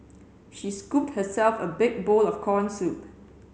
she scooped herself a big bowl of corn soup